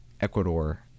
Ecuador